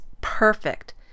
perfect